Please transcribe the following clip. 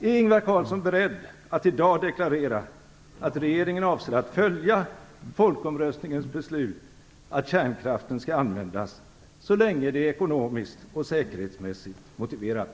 Är Ingvar Carlsson beredd att i dag deklarera att regeringen avser att följa folkomröstningens beslut att kärnkraften skall användas så länge det är ekonomiskt och säkerhetsmässigt motiverat?